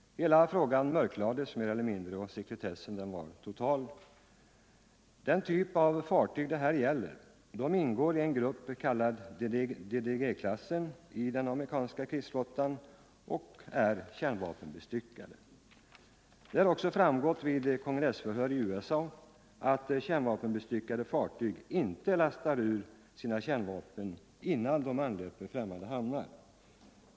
Hela frågan mörklades mer eller mindre, och sekretessen var total. Den typ av fartyg det gällde ingår i en grupp kallad DDG-klassen i den amerikanska krigsflottan och är kärnvapenbestyckade. Det har också framgått vid kongressförhör i USA att kärnvapenbestyckade fartyg inte lastar ur sina kärnvapen innan de anlöper främmande hamnar.